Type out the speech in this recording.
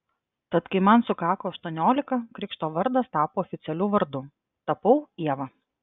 tad kai man sukako aštuoniolika krikšto vardas tapo oficialiu vardu tapau ieva